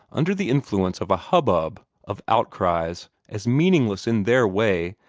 under the influence of a hubbub of outcries as meaningless in their way,